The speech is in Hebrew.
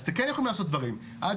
אז אתם כן יכולים לעשות דברים אגב,